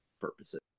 purposes